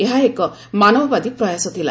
ଏହା ଏକ ମାନବବାଦୀ ପ୍ରୟାସ ଥିଲା